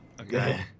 Okay